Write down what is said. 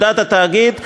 עמדת התאגיד,